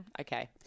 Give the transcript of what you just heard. Okay